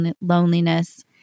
loneliness